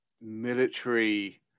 military